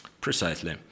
Precisely